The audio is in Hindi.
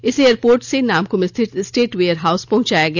इसे एयरपोर्ट से नामकुम स्थित स्टेट वेयरहाउस पहुंचाया गया